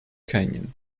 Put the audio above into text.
canyon